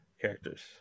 characters